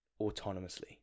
autonomously